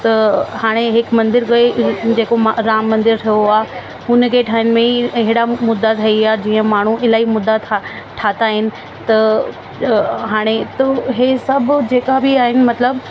त हाणे हिकु मंदिर गए ई जेको राम मंदिर ठहियो आहे हुनखे ठहण में ई एड़ा मुद्दा ठही विया जहिड़ा माण्हूं इलाही मुद्दा ठा ठाता आहिनि त हाणे हे सभु जेका बि आहिनि मतिलब